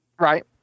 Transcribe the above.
right